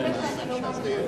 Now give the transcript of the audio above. האמת שאני לא מאמינה.